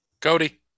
Cody